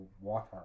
water